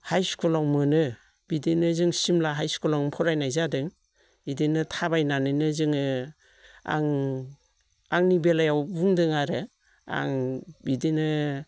हाइस्कुलाव मोनो बिदिनो जों सिमला हाइस्कुलाव फरायनाय जादों बिदिनो थाबायनानैनो जोङो आं आंनि बेलायाव बुंदों आरो आं बिदिनो